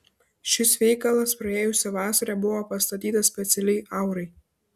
šis veikalas praėjusią vasarą buvo pastatytas specialiai aurai